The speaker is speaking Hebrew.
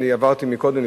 עברתי קודם,